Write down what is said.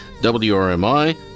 WRMI